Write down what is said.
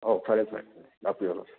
ꯑꯧ ꯐꯔꯦ ꯐꯔꯦ ꯂꯥꯛꯄꯤꯔꯣ ꯂꯥꯛꯄꯤꯔꯣ